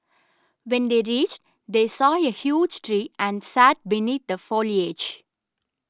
when they reached they saw a huge tree and sat beneath the foliage